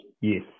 Yes